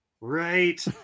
right